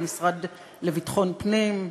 למשרד לביטחון פנים,